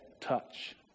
touch